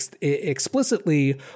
explicitly